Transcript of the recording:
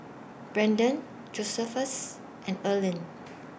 Braedon Josephus and Earline